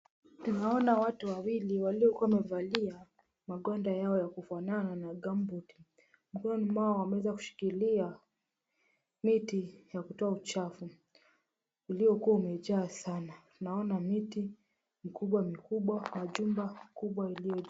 Tunaona watu wawili waliovalia magwanda yao ya kufanana gumboot , mikononi mwao wameweza kushikilia miti ya kutoa uchafu uliyokuwa umejaa sana tunaona miti mikubwa mikubwa na jumba kubwa iliyojengwa.